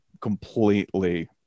completely